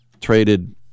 traded